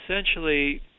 Essentially